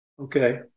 Okay